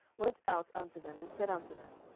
went out unto them, and said unto them,